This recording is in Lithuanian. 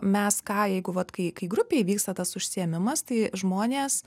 mes ką jeigu vat kai kai grupėj vyksta tas užsiėmimas tai žmonės